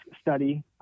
study